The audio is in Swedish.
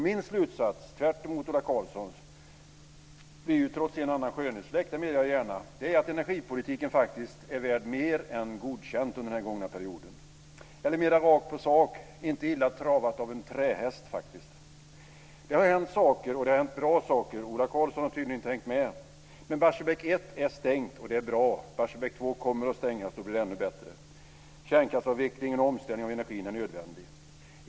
Min slutsats, tvärtemot Ola Karlssons - trots en och annan skönhetsfläck, det medger jag gärna - är att energipolitiken faktiskt är värd mer än godkänt under den gångna perioden. Eller mera rakt på sak: Inte illa travat av en trähäst! Det har hänt saker, och det har hänt bra saker. Ola Karlsson har tydligen inte hängt med. Men Barsebäck 1 är stängt, och det är bra. Barsebäck 2 kommer att stängas, och då blir det ännu bättre. Kärnkraftsavvecklingen och omställningen av energin är nödvändig.